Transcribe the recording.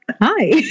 Hi